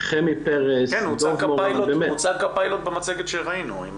חמי פרס --- הוצג כאן פיילוט במצגת שראינו.